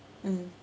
mm